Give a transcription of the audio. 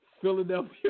Philadelphia